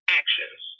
actions